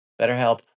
BetterHelp